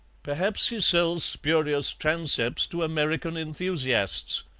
perhaps he sells spurious transepts to american enthusiasts,